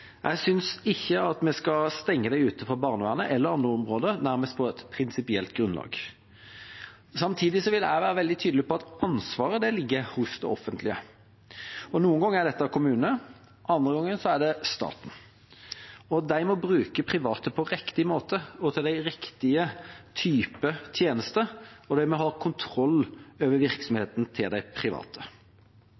Jeg synes ikke vi skal stenge dem ute fra barnevernet eller andre områder nærmest på et prinsipielt grunnlag. Samtidig vil jeg være tydelig på at ansvaret ligger hos det offentlige. Noen ganger er dette en kommune, andre ganger er det staten. De må bruke private på riktig måte og til de riktige typene tjenester, og de må ha kontroll over